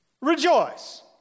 rejoice